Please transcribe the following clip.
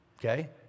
Okay